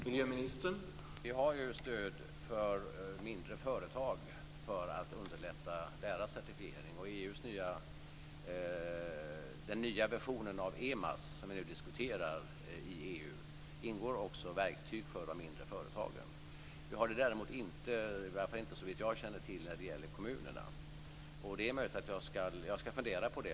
Herr talman! Vi har ju stöd för mindre företag för att underlätta deras certifiering, och i den nya versionen av EMAS som vi nu diskuterar i EU, ingår också verktyg för de mindre företagen. Vi har det däremot inte, i varje fall inte såvitt jag känner till, när det gäller kommunerna. Jag ska fundera på det.